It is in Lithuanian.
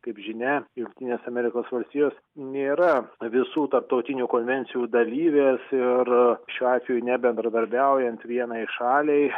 kaip žinia jungtinės amerikos valstijos nėra visų tarptautinių konvencijų dalyvės ir šiuo atveju nebendradarbiaujant vienai šaliai